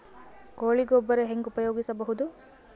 ಕೊಳಿ ಗೊಬ್ಬರ ಹೆಂಗ್ ಉಪಯೋಗಸಬಹುದು?